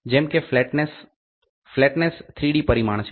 જેમકે flatness flatness 3D પરિમાણ છે